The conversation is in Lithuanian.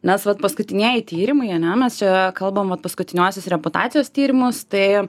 nes vat paskutinieji tyrimai ane mes čia kalbam vat paskutiniuosius reputacijos tyrimus tai